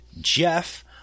Jeff